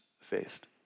faced